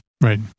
Right